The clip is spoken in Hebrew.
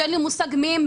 שאין לי מושג מיהם,